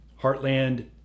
Heartland